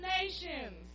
nations